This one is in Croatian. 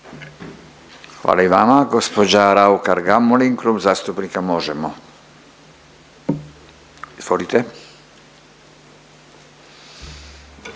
Hvala i vama. Gospođa Raukar Gamulin, Klub zastupnika Možemo!. Izvolite.